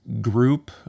group